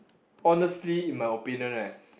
honestly in my opinion right